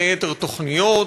שמקדם בין היתר תוכניות,